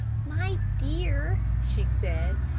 my dear, she said,